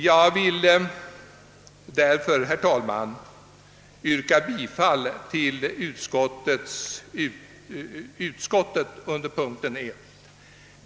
Jag vill alltså, herr talman, yrka bifall till utskottets hemställan under punkt 24, mom. 1.